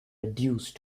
reduced